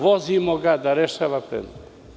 Vozimo ga da rešava predmete.